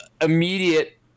immediate